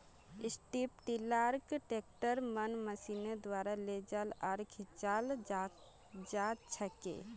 strip टीलारक ट्रैक्टरेर मन मशीनेर द्वारा लेजाल आर खींचाल जाछेक